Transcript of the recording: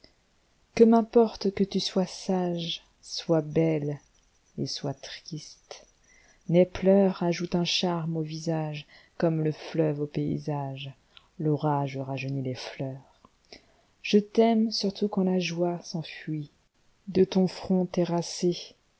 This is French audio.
que m'importe que tu sois sage sois belle et sois triste les pleursajoutent un charme au visage comme le fleuve au paysage l'orage rajeunit les fleurs je t'aime surtout quand la joies'enfuit de ton front terrassé